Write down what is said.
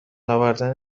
آوردن